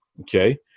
okay